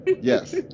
Yes